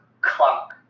clunk